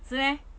是 meh